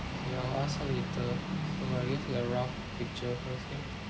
ya I will ask her later I'm creating a rough picture first can